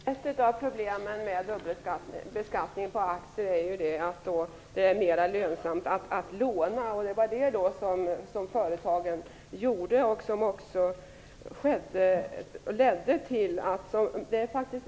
Fru talman! Ett av problemen med dubbelbeskattning på aktier är att det i och med detta blir mer lönsamt att låna, och det var vad företagen gjorde.